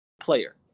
player